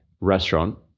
restaurant